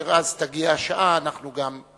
כאשר אז תגיע השעה, אנחנו נפתח